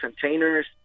containers